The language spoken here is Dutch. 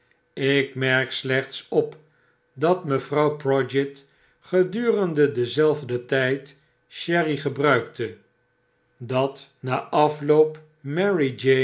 ik merk slechts op dat mevrouw prodgit gedurende dezqlve altyd sherry gebruikte dat na afloop marie